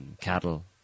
cattle